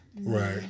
Right